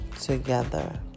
together